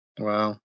Wow